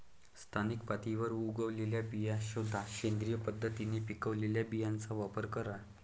स्थानिक पातळीवर उगवलेल्या बिया शोधा, सेंद्रिय पद्धतीने पिकवलेल्या बियांचा वापर करा